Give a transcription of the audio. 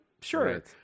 Sure